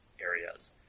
areas